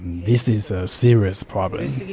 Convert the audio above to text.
this is a serious problem.